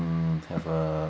um have a